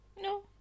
No